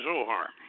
Zohar